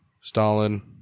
Stalin